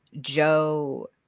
Joe